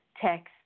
text